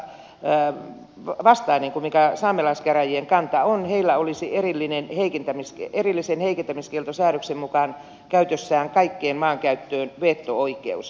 eun vastainen vastakkainen kuin saamelaiskäräjien näillä olisi erillisen heikentämiskieltosäädöksen mukaan käytössään veto oikeus kaikkeen maankäyttöön